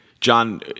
John